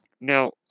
now